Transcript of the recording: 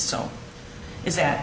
so is that